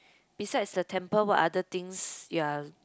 besides the temple what other things you are